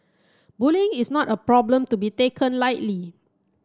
bullying is not a problem to be taken lightly